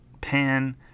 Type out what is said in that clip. pan